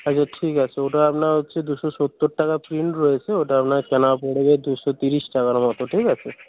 আচ্ছা ঠিক আছে ওটা আপনার হচ্ছে দুশো সত্তর টাকা প্রিন্ট রয়েছে ওটা আপনার কেনা পড়বে দুশো তিরিশ টাকার মতো ঠিক আছে